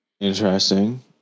Interesting